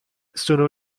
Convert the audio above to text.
sono